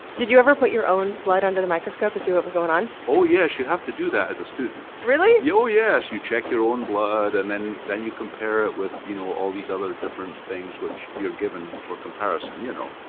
did you ever put your own blood under the microscope to see what was going on? oh, yes. you have to do that as a student. really? oh, yes! you check your own blood and then then you compare it with you know all these other different things which you're given for comparison, you know.